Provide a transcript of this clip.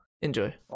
Enjoy